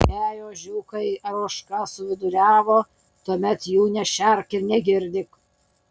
jei ožkiukai ar ožka suviduriavo tuomet jų nešerk ir negirdyk